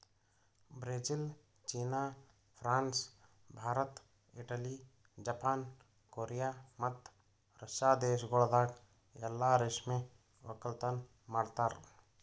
Brazil, China, France, Bharat, Italy, Japan, Korea ಮತ್ತ Russia ದೇಶಗೊಳ್ದಾಗ್ ಎಲ್ಲಾ ರೇಷ್ಮೆ ಒಕ್ಕಲತನ ಮಾಡ್ತಾರ